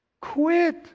Quit